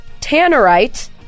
Tannerite